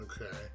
okay